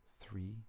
three